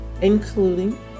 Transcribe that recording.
including